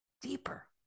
deeper